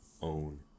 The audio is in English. own